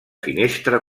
finestra